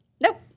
nope